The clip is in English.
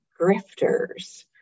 grifters